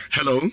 Hello